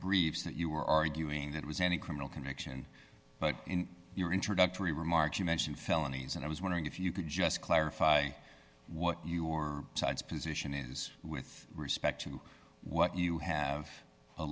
briefs that you were arguing that was any criminal connection but in your introductory remarks you mentioned felonies and i was wondering if you could just clarify what your side's position is with respect to what you have a